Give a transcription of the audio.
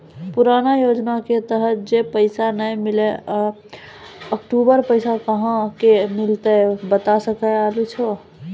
पुराना योजना के तहत जे पैसा नै मिलनी ऊ अक्टूबर पैसा कहां से मिलते बता सके आलू हो?